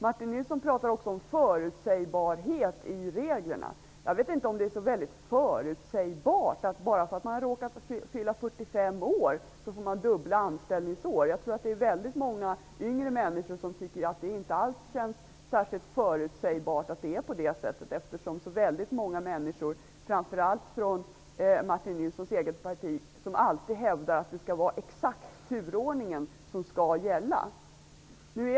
Martin Nilsson talade också om att reglerna skall vara förutsägbara. Jag vet inte om det är så förutsägbart att man skall kunna tillgodoräkna sig dubbla anställningsår bara för att man har råkat fylla 45 år. Jag tror att det är väldigt många yngre männsikor som tycker att det inte alls är så förutsägbart att det är på det sättet, eftersom många människor -- framför allt från Martin Nilssons eget parti -- alltid hävdar att det är den exakta turordningen som skall gälla.